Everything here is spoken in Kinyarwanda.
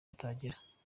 batagera